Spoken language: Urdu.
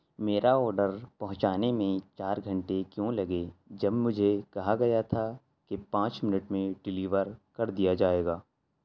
میرا آڈر پہنچانے میں چار گھنٹے کیوں لگے جب مجھے کہا گیا تھا کہ پانچ منٹ میں ڈلیور کر دیا جائے گا